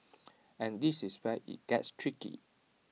and this is where IT gets tricky